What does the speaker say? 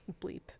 Bleep